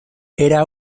era